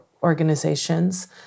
organizations